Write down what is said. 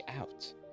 out